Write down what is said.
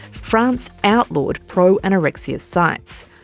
france outlawed pro-anorexia sites.